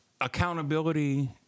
accountability